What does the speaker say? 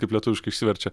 kaip lietuviškai išsiverčia